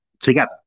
together